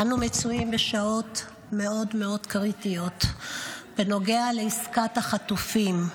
אנו מצויים בשעות מאוד מאוד קריטיות בנוגע לעסקת החטופים.